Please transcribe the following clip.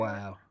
Wow